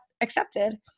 accepted